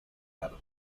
arte